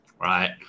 right